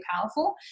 powerful